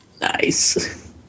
Nice